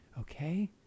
okay